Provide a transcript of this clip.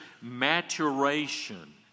maturation